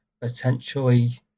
potentially